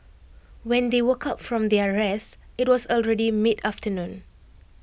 when they woke up from their rest IT was already mid afternoon